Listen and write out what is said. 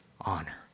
honor